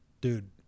Dude